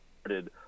started